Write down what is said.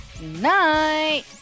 Night